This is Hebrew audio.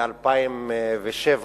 ב-2007